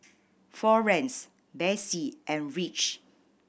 Florance Besse and Rich